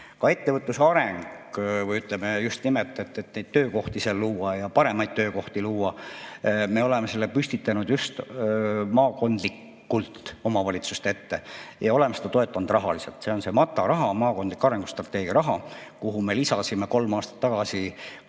Ka ettevõtluse areng või, ütleme, just nimelt see, et neid töökohti seal luua ja paremaid töökohti luua, me oleme selle püstitanud just maakondlikult omavalitsuste ette ja oleme seda toetanud rahaliselt. See on MATA raha, maakondliku arengustrateegia raha, kuhu me lisasime kolm aastat tagasi